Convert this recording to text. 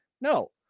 No